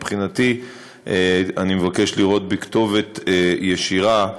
מבחינתי אני מבקש לראות בי כתובת ישירה,